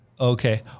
Okay